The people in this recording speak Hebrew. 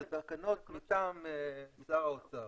זה תקנות מטעם שר האוצר.